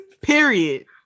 Period